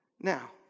Now